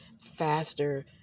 faster